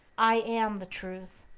i am the truth.